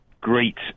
great